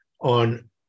on